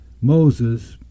Moses